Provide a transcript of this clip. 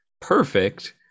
perfect